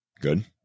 Good